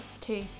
two